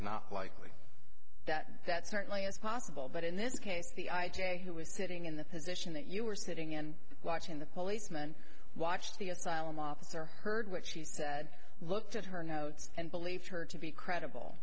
not likely that that certainly is possible but in this case the i j a who was sitting in the position that you were sitting and watching the policeman watched the asylum officer heard what she said looked at her notes and believed her to be credible